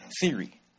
theory